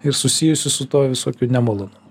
ir susijusių su tuo visokių nemalonumų